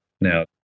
now